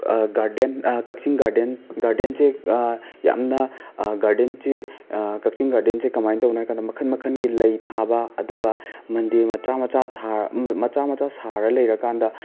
garden ꯀꯛꯆꯤꯡ garden ꯒꯥꯔꯗꯦꯟꯁꯦ ꯌꯥꯝꯅ ꯒꯥꯔꯗꯦꯟꯁꯦ ꯀꯛꯆꯤꯡ ꯒꯥꯔꯗꯦꯟꯁꯦ ꯀꯃꯥꯏ ꯇꯧꯕꯅꯣ ꯍꯥꯏꯔ ꯀꯥꯟꯗ ꯃꯈꯟ ꯃꯈꯟꯒꯤ ꯂꯩ ꯊꯥꯕ ꯑꯗꯨꯒ ꯃꯟꯗꯤꯔ ꯃꯆꯥ ꯃꯆꯥ ꯊꯥ ꯃꯆꯥ ꯃꯆꯥ ꯁꯥꯔ ꯂꯩꯔꯀꯥꯟꯗ